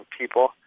people